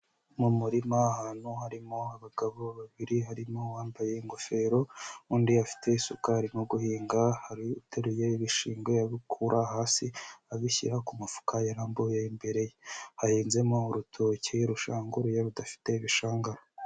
Mu murima ahantu harimo abagabo babiri: harimo uwambaye ingofero, undi afite isuka arimo guhinga, hari uteruye ibishingwe abikura hasi abishyira ku mufuka yarambuye imbere ye; hahinzemo urutoki rushanguruye rudafite ibishangara.